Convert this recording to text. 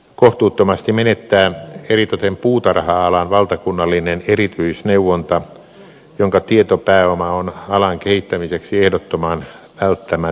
kohtuuttomasti menettää eritoten puutarha alan valtakunnallinen erityisneuvonta jonka tietopääoma on alan kehittämiseksi ehdottoman välttämätöntä